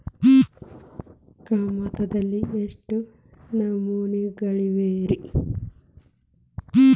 ಕಮತದಲ್ಲಿ ಎಷ್ಟು ನಮೂನೆಗಳಿವೆ ರಿ?